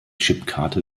chipkarte